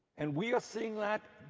and we are seeing that